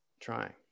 trying